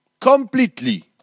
completely